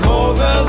over